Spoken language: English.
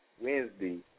Wednesday